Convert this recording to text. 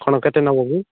କ'ଣ କେତେ ନେବ କି